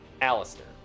Alistair